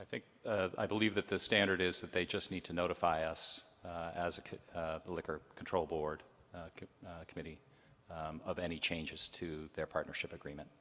i think i believe that the standard is that they just need to notify us as a cook liquor control board committee of any changes to their partnership agreement